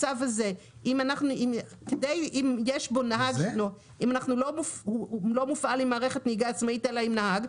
אם הוא לא מופעל עם מערכת נהיגה עצמאית אלא עם נהג,